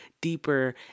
deeper